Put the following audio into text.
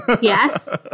Yes